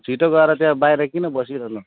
छिटो गएर त्यहाँ बाहिर किन बसिरहनु